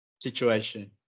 situation